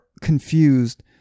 confused